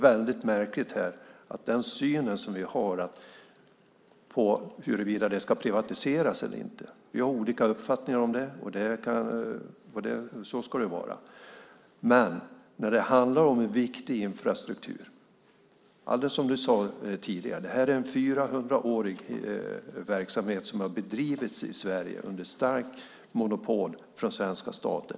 Vi har olika uppfattningar om huruvida Posten ska privatiseras eller inte, och så ska det vara. Men här handlar det om viktig infrastruktur. Som du sade tidigare är det en 400-årig verksamhet som har bedrivits i Sverige under starkt monopol av svenska staten.